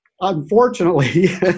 unfortunately